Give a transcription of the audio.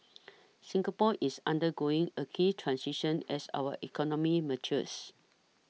Singapore is undergoing a key transition as our economy matures